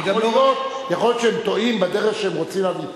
יכול להיות שהם טועים בדרך שהם רוצים להביא אותו.